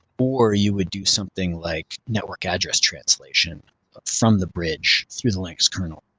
or, you would do something like network address translation from the bridge through the linux kernel,